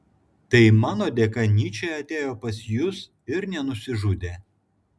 tai mano dėka nyčė atėjo pas jus ir nenusižudė